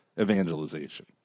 evangelization